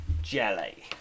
jelly